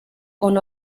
con